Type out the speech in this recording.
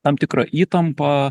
tam tikrą įtampą